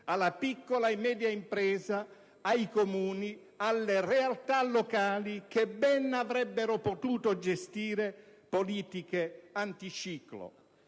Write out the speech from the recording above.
alla piccola e media impresa, ai Comuni e alle realtà locali, che avrebbero potuto gestire bene politiche anticiclo.